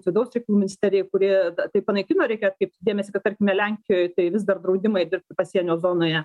vidaus reikalų misterijai kuri tai panaikino reikia atkreipti dėmesį kad tarkime lenkijoj tai vis dar draudimai dirbti pasienio zonoje